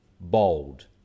bold